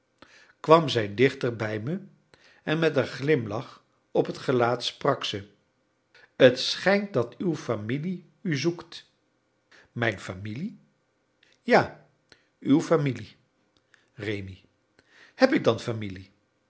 kwam zij dichter bij me en met een glimlach op t gelaat sprak ze het schijnt dat uw familie u zoekt mijn familie ja uw familie rémi heb ik dan familie